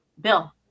Bill